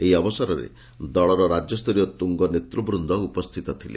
ଏହି ଅବସରରେ ଦଳର ରାଜ୍ୟସ୍ତରୀୟ ତୂଙ୍ଗ ନେତୂବୃନ୍ଦ ଉପସ୍ଥିତ ଥିଲେ